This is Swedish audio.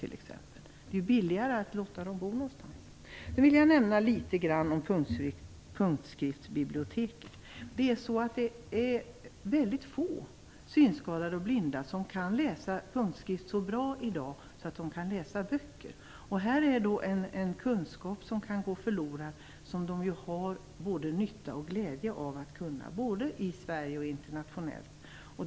Det är billigare att låta dem bo någonstans. Jag vill nämna något om punktskriftsbiblioteket. Mycket få synskadade och blinda kan läsa punktskrift så bra att de kan läsa böcker. En kunskap kan gå förlorad. De har både nytta och glädje av att kunna punktskrift - både i Sverige och internationellt.